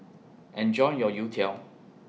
Enjoy your Youtiao